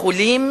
יכולים